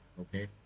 Okay